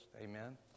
Amen